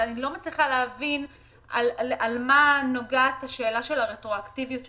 אני לא מצליחה להבין למה מתייחסת השאלה של הרטרואקטיביות שם.